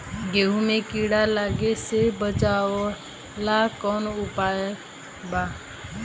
गेहूँ मे कीड़ा लागे से बचावेला कौन उपाय बा?